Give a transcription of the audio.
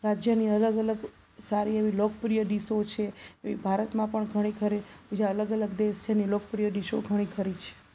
રાજ્યની અલગ અલગ સારી એવી લોકપ્રિય ડીશો છે એ ભારતમાં પણ ઘણી ખરી જે અલગ અલગ દેશ છે એની લોકપ્રિય ડિશો ઘણી ખરી છે